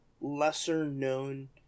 lesser-known